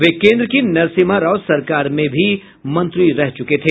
वे केन्द्र की नरसिम्हा राव सरकार में भी मंत्री रह चूके हैं